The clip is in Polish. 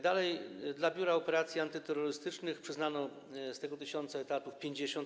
Dalej, na rzecz Biura Operacji Antyterrorystycznych przyznano z tego 1000 etatów 50.